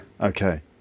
Okay